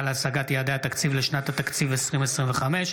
להשגת יעדי התקציב לשנת התקציב 2025),